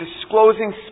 disclosing